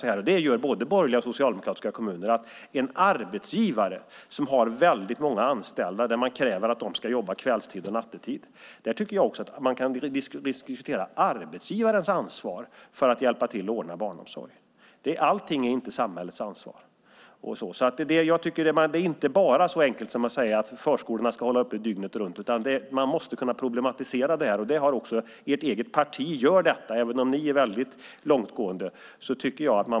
Har en arbetsgivare många anställda och kräver att de ska arbeta kvällar och nätter kan man diskutera arbetsgivarens ansvar för att hjälpa till att ordna barnomsorg. Allt är inte samhällets ansvar. Så resonerar både borgerliga och socialdemokratiska kommuner. Man kan inte bara säga att förskolorna ska hålla öppet dygnet runt, utan man måste kunna problematisera det. Ert eget parti gör detta, även om ni två är väldigt långtgående.